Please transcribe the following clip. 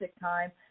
time